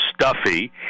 stuffy